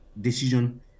decision